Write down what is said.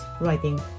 writing